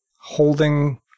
holding